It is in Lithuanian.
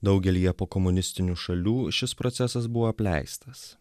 daugelyje pokomunistinių šalių šis procesas buvo apleistas